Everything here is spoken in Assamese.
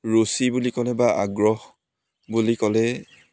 ৰুচি বুলি ক'লে বা আগ্ৰহ বুলি ক'লে